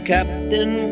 Captain